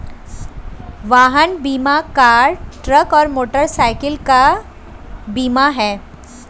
वाहन बीमा car, truck और मोटरसाइकिल का बीमा है